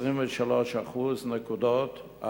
פלוס 23 נקודות,